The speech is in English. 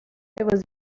was